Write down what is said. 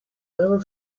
never